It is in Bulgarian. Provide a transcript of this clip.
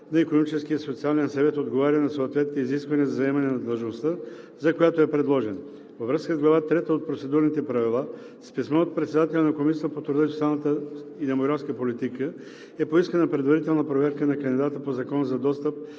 на Икономическия и социален съвет отговаря на съответните изисквания за заемане на длъжността, за която е предложен. Във връзка с Глава ІІІ от Процедурните правила с писмо от председателя на Комисията по труда, социалната и демографската политика е поискана предварителна проверка на кандидата по Закона за достъп